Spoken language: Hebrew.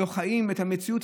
לא חיים את המציאות?